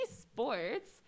sports